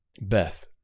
Beth